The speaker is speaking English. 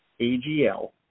AGL